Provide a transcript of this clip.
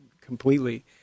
completely